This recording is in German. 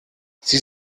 sie